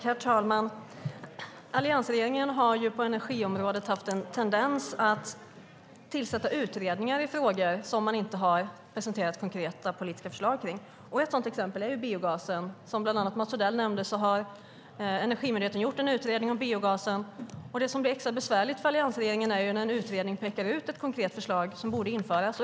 Herr talman! Alliansregeringen har på energiområdet haft en tendens att tillsätta utredningar i frågor som man inte har presenterat konkreta politiska förslag kring. Ett sådant exempel är biogasen. Som bland annat Mats Odell nämnde har Energimyndigheten gjort en utredning om biogasen. Det som blir extra besvärligt för alliansregeringen är när utredningen pekar ut ett konkret förslag som borde införas.